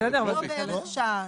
לא, הוא לא בערך שעה.